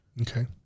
Okay